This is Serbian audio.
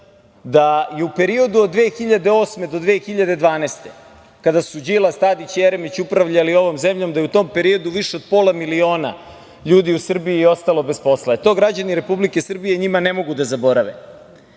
da je u periodu od 2008. do 2012. godine, kada su Đilas, Tadić i Jeremić upravljali ovom zemljom, da je u tom periodu više od pola miliona ljudi u Srbiji ostalo bez posla. To građani Republike Srbije njima ne mogu da zaborave. Kada